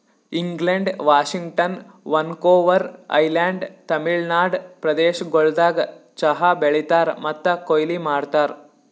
England, Washington, Vancouver island, Tamil Nadu ಪ್ರದೇಶಗೊಳ್ದಾಗ್ ಚಹಾ ಬೆಳೀತಾರ್ ಮತ್ತ ಕೊಯ್ಲಿ ಮಾಡ್ತಾರ್